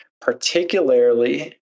particularly